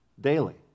daily